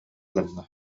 гынна